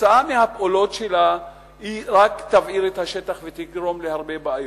שכתוצאה מהפעולות שלה היא רק תבעיר את השטח ותגרום להרבה בעיות.